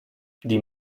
die